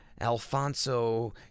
Alfonso